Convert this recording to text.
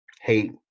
hate